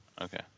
okay